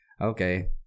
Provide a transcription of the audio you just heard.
okay